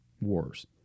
wars